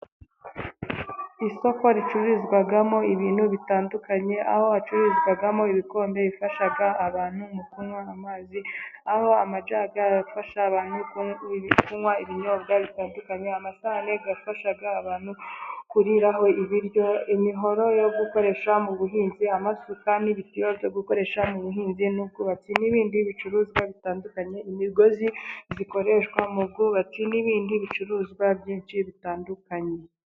Isoko ricururizwamo ibintu bitandukanye, aho hacururizwamo ibikombe bifasha abantu mu kunywa amazi, aho amajagi afasha abantu kunywa ibinyobwa bitandukanye, amasahani afasha abantu kuriraho ibiryo, imihoro yo gukoresha mu buhinzi, amasuka n'ibitiyo byo gukoresha mu buhinzi n'ubwubatsi n'ibindi bicuruzwa bitandukanye, imigozi ikoreshwa mu bwubatsi n'ibindi bicuruzwa byinshi bitandukanye.